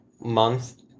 month